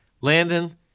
Landon